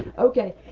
okay.